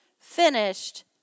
finished